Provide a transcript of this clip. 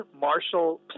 Marshall